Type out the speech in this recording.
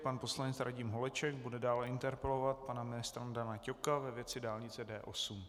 Pan poslanec Radim Holeček bude dále interpelovat pana ministra Dana Ťoka ve věci dálnice D8.